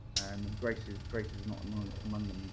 and and grace is grace is not among among them,